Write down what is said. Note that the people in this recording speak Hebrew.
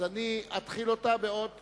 ולאחר